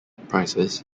prizes